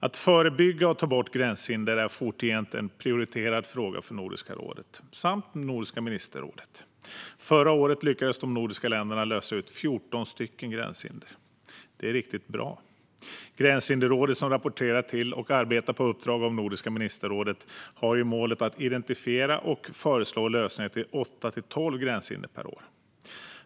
Att förebygga och ta bort gränshinder är fortgent en prioriterad fråga för Nordiska rådet och Nordiska ministerrådet. Förra året lyckades de nordiska länderna lösa 14 gränshinder; det är riktigt bra. Gränshinderrådet, som rapporterar till och arbetar på uppdrag av Nordiska ministerrådet, har ju målet att identifiera och föreslå lösningar till 8-12 gränshinder per år.